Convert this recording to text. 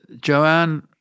Joanne